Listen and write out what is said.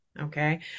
Okay